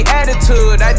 attitude